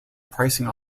pricing